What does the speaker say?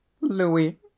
Louis